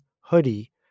hoodie